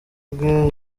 bwe